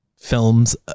films